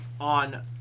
on